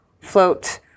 float